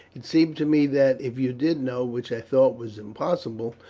it seemed to me that, if you did know, which i thought was impossible,